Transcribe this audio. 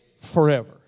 forever